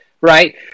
right